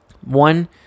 One